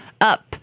up